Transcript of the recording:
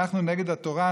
אנחנו נגד התורה,